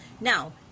Now